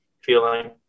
feeling